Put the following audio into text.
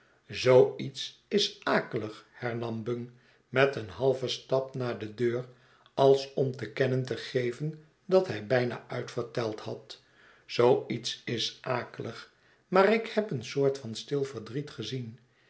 zoo iets is akelig hernam bung met een halven stap naar de deur als om te kennen te geven dat hij bijna uitverteld had zoo iets is akelig maar ik heb een soort van stil verdriet gezien